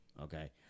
Okay